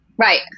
Right